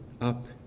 up